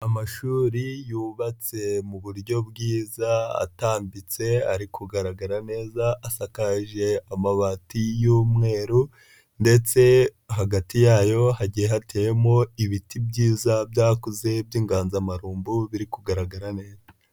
Amashuri yubatse mu buryo bwiza atambitse ari kugaragara neza asakaje amabati y'umweru, ndetse hagati yayo hagiye hateyemo ibiti byiza byakuze by'inganzamarumbu biri kugaragara neza.